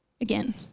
Again